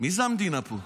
מי זה המדינה פה?